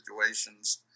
situations